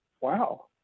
wow